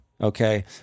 Okay